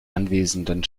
anwesenden